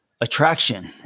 attraction